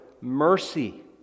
mercy